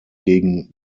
gegen